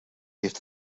heeft